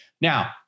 Now